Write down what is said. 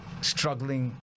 struggling